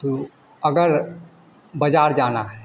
तो अगर बाज़ार जाना है